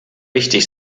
wichtig